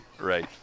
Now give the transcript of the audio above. Right